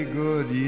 good